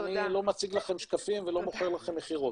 אני לא מציג לכם שקפים ולא מוכר לכם מכירות.